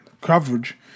coverage